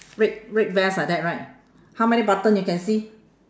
red red vest like that right how many button you can see